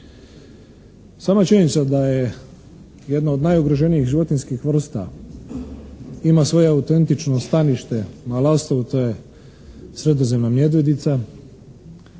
Sama činjenica da je jedno od najugroženijih životinjskih vrsta, ima svoje autentično stanište na Lastovu, to je sredozemna medvjedica